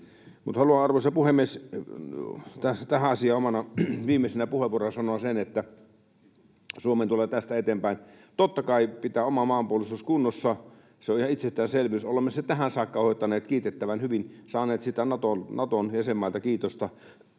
haluan, arvoisa puhemies, tähän asiaan omana viimeisenä puheenvuoronani sanoa sen, että Suomen tulee tästä eteenpäin, totta kai, pitää oma maanpuolustuksensa kunnossa — se on ihan itsestäänselvyys. Olemme sen tähän saakka hoitaneet kiitettävän hyvin, saaneet siitä Naton jäsenmailta kiitosta,